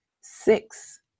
six